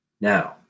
Now